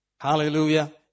Hallelujah